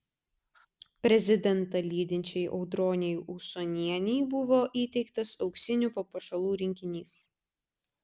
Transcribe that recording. prezidentą lydinčiai audronei usonienei buvo įteiktas auksinių papuošalų rinkinys